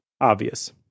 obvious